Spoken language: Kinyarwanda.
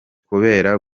kubera